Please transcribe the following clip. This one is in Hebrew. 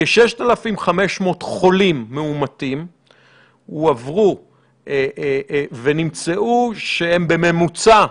כ-6,500 חולים מאומתים הועברו ונמצאים שהם בממוצע,